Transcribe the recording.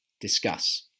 Discuss